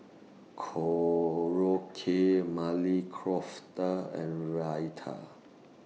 Korokke Maili and Raita